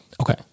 Okay